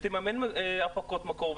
ותממן הפקות מקור,